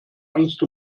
angst